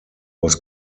was